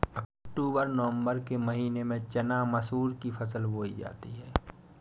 अक्टूबर नवम्बर के महीना में चना मसूर की फसल बोई जाती है?